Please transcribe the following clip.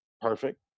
perfect